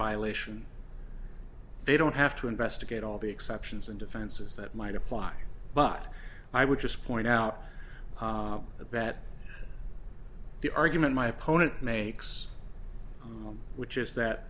violation they don't have to investigate all the exceptions and defenses that might apply but i would just point out that the argument my opponent makes them which is